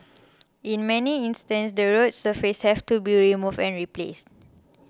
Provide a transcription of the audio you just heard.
in many instances the road surfaces have to be removed and replaced